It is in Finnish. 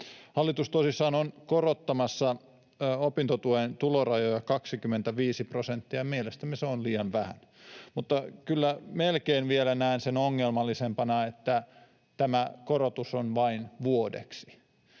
Hallitus tosissaan on korottamassa opintotuen tulorajoja 25 prosenttia, ja mielestämme se on liian vähän. Mutta näen kyllä melkein vielä ongelmallisempana sen, että tämä korotus on vain vuodeksi.